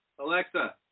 Alexa